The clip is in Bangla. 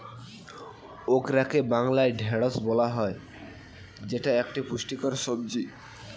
ওকরাকে বাংলায় ঢ্যাঁড়স বলা হয় যেটা একটি পুষ্টিকর সবজি